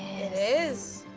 is.